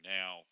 now